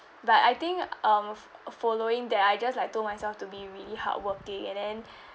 but I think um f~ following that I just like told myself to be really hardworking and then